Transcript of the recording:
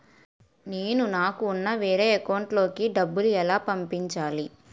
నేను నాకు ఉన్న వేరే అకౌంట్ లో కి డబ్బులు ఎలా పంపించాలి?